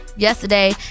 yesterday